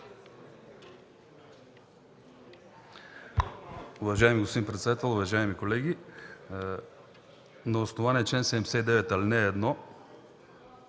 Уважаеми господин председател, уважаеми колеги! На основание чл. 79, ал. 1 от